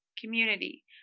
community